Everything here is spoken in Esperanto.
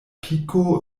piko